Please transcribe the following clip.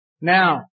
Now